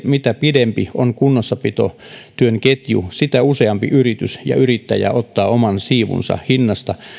mitä pidempi on kunnossapitotyön ketju sitä useampi yritys ja yrittäjä ottaa oman siivunsa hinnasta